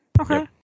Okay